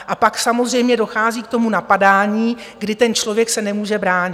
A pak samozřejmě dochází k napadání, kdy ten člověk se nemůže bránit.